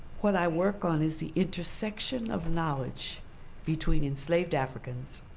what i work on is the intersection of knowledge between enslaved africans,